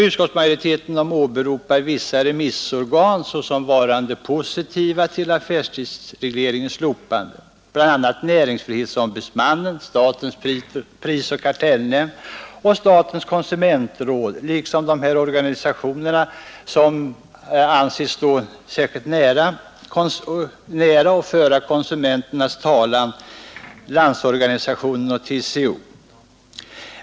Utskottsmajoriteten åberopar vissa remissorgan såsom varande positiva till affärstidsregleringens slopande, bl.a. näringsfrihetsombudsmannen, statens prisoch kartellnämnd, statens konsumentråd liksom de organisationer, som anses stå särskilt nära för att föra konsumenternas talan — LO och TCO.